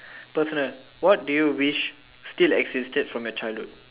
personal what do you wish still existed from your childhood